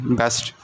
best